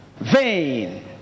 Vain